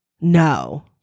No